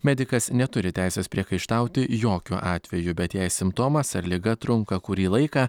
medikas neturi teisės priekaištauti jokiu atveju bet jei simptomas ar liga trunka kurį laiką